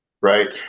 Right